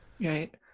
right